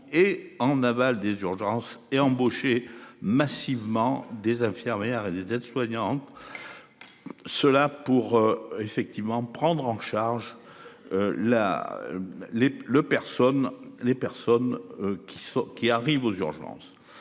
et en aval des urgences et embaucher massivement des infirmières et des aides-soignantes. Cela pour effectivement prendre en charge. La. Les le personne les personnes.